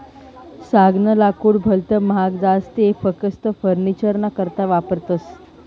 सागनं लाकूड भलत महाग जास ते फकस्त फर्निचरना करता वापरतस